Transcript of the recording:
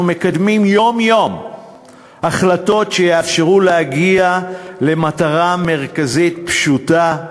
אנחנו מקדמים יום-יום החלטות שיאפשרו להגיע למטרה מרכזית פשוטה,